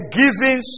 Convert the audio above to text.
giving